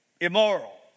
Immoral